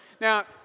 now